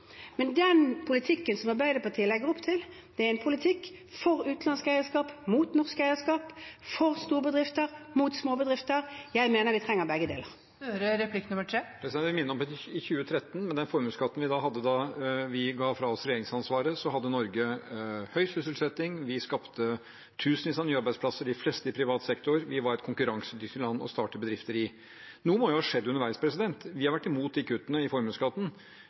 Men den politikken Arbeiderpartiet legger opp til, er en politikk for utenlandsk eierskap, mot norsk eierskap, for store bedrifter, mot småbedrifter. Jeg mener vi trenger begge deler. Jeg vil minne om 2013. Med den formuesskatten vi hadde da vi ga fra oss regjeringsansvaret, hadde Norge høy sysselsetting, vi skapte tusenvis av nye arbeidsplasser – de fleste i privat sektor – og vi var et konkurransedyktig land å starte bedrifter i. Noe må jo ha skjedd underveis. Vi har vært imot kuttene i formuesskatten.